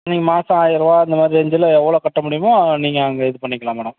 நீங்கள் மாதம் ஆயரூவா இந்த மாதிரி ரேஞ்சில் எவ்வளோ கட்ட முடியுமோ நீங்கள் அங்கே இது பண்ணிக்கலாம் மேடம்